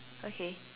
okay